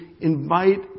invite